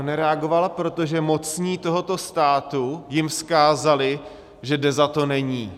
No nereagovala, protože mocní tohoto státu jim vzkázali, že Deza to není.